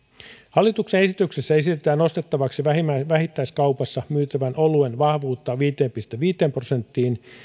hallituksen esityksessä esitetään nostettavaksi vähittäiskaupassa myytävän oluen vahvuutta viiteen pilkku viiteen prosenttiin